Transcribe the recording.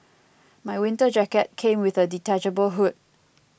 my winter jacket came with a detachable hood